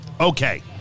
Okay